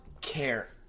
care